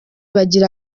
bagira